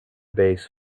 base